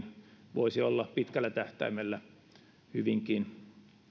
voisi olla pitkällä tähtäimellä hyvinkin